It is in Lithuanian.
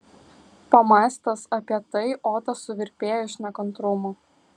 pamąstęs apie tai otas suvirpėjo iš nekantrumo